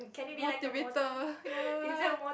motivator ya lah